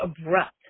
abrupt